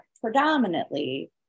predominantly